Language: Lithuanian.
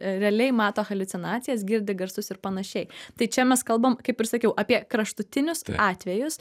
realiai mato haliucinacijas girdi garsus ir panašiai tai čia mes kalbam kaip ir sakiau apie kraštutinius atvejus